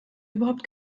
überhaupt